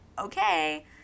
okay